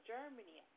Germany